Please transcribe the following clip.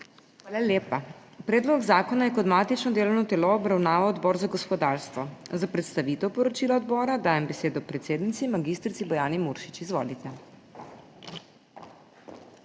Hvala lepa. Predlog zakona je kot matično delovno telo obravnaval Odbor za gospodarstvo. Za predstavitev poročila odbora dajem besedo predsednici mag. Bojani Muršič. Izvolite.